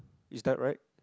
is that right